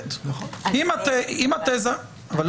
יש